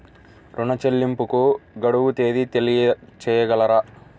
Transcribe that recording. ఋణ చెల్లింపుకు గడువు తేదీ తెలియచేయగలరా?